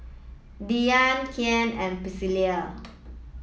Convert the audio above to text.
Diya Kian and Pricilla